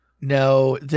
No